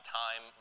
time